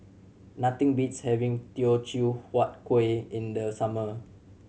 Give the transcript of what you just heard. nothing beats having Teochew Huat Kuih in the summer